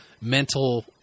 mental